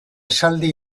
esaldi